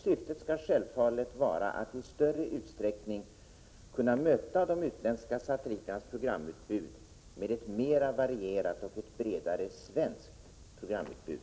Syftet skall självfallet vara att i större utsträckning kunna möta de utländska satelliternas programutbud med ett mera varierat och ett bredare svenskt programutbud.